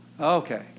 Okay